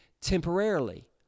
temporarily